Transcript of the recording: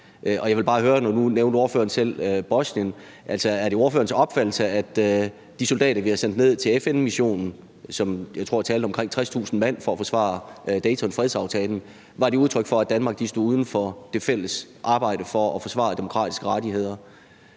i. Jeg vil bare høre, nu nævnte ordføreren selv Bosnien, om det er ordførerens opfattelse, at de soldater, vi har sendt ned til FN-missionen, som jeg tror talte omkring 60.000 mand, for at forsvare Daytonfredsaftalen, var udtryk for, at Danmark stod uden for det fælles arbejde for at forsvare demokratiske rettigheder.